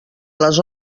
les